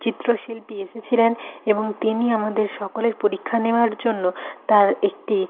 চিত্র শিল্পী এসেছিলেন এবং তিনি আমাদের সকলের পরীক্ষা নেওয়ার জন্য তার একটি